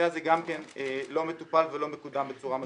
גם הנושא הזה לא מטופל ולא מקודם בצורה מתאימה.